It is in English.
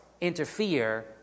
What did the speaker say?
interfere